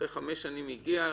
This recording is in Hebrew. אחרי חמש שנים הגיע.